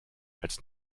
als